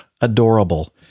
adorable